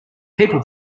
people